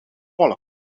volk